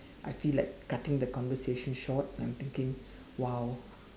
I feel like cutting the conversation short I'm thinking !wow!